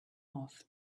off